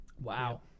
Wow